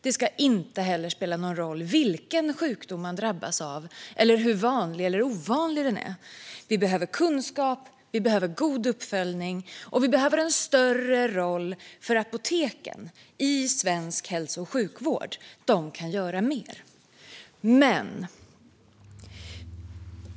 Det ska inte heller spela någon roll vilken sjukdom man drabbas av eller hur vanlig eller ovanlig den är. Vi behöver kunskap och god uppföljning. Vi behöver också en större roll för apoteken i svensk hälso och sjukvård; de kan göra mer.